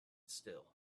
still